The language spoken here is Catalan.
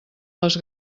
les